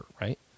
right